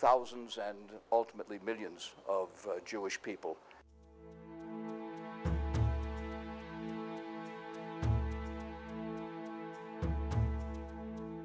thousands and ultimately millions of jewish people